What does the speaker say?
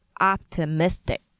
optimistic